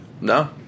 no